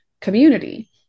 community